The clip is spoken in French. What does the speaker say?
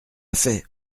fait